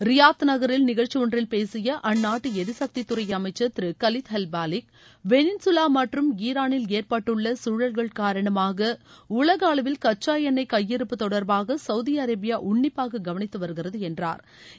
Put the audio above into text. Riyadh நகரில் நிகழ்ச்சி ஒன்றில் பேசிய அந்நாட்டு எரிசக்தித்துறை அமைச்சர் திரு கலித் அல் பாலிக் வெனிசுலா மற்றும் ஈரானில் ஏற்பட்டுள்ள சூழல்கள் காரணமாக உலக அளவில் கச்சா எண்ணெய் கையிருப்பு தொடர்பாக சவுதி அரேபியா உன்னிப்பாக கவனித்து வருகிறது என்றாா்